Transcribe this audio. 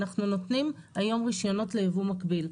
אנחנו נותנים היום רישיונות ליבוא מקביל.